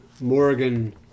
Morgan